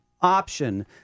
option